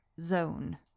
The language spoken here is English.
zone